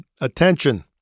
attention